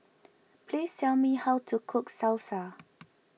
please tell me how to cook Salsa